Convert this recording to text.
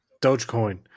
Dogecoin